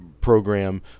program